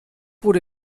wurde